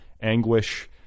anguish